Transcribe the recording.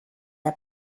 der